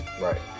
Right